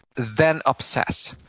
then obsess.